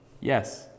Yes